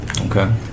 Okay